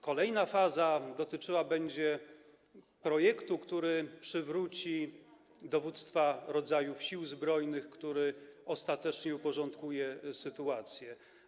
Kolejna faza dotyczyła będzie projektu, który przywróci dowództwa rodzajów Sił Zbrojnych, który ostatecznie uporządkuje sytuację.